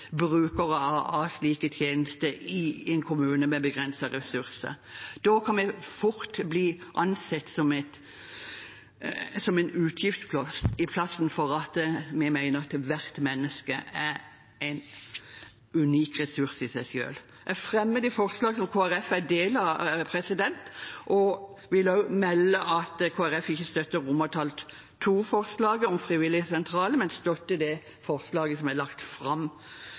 av slike tjenester i en kommune med begrensede ressurser. Da kan man fort bli ansett som en utgiftspost, i stedet for – som vi mener – at hvert menneske er en unik ressurs i seg selv. Jeg vil melde at Kristelig Folkeparti ikke støtter forslag til vedtak II, om frivilligsentraler, men støtter det forslaget om frivilligsentraler som er lagt fram